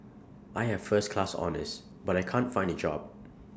I have first class honours but I can't find A job